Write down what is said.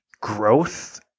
growth